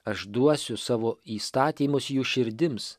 aš duosiu savo įstatymus jų širdims